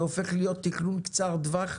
שהופך להיות תכנון קצר טווח,